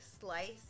slice